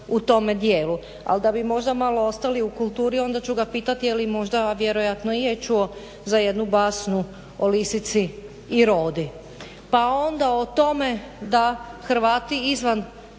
u tome dijelu. Ali da bi možda malo ostali u kulturi onda ću ga pitat je li možda, a vjerojatno je čuo za jednu basnu o lisici i rod? Pa onda o tome da Hrvati izvan